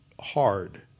hard